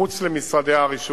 זה יהיה מחוץ למשרדי הרישוי,